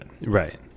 Right